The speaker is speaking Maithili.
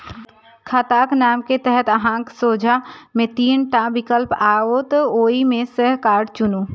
खाताक नाम के तहत अहांक सोझां मे तीन टा विकल्प आओत, ओइ मे सं कार्ड चुनू